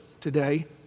today